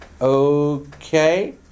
Okay